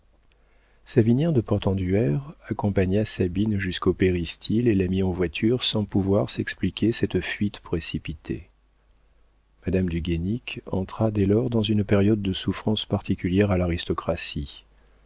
réunies savinien de portenduère accompagna sabine jusqu'au péristyle et la mit en voiture sans pouvoir s'expliquer cette fuite précipitée madame du guénic entra dès lors dans une période de souffrances particulière à l'aristocratie